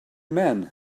man